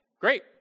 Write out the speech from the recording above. Great